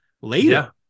later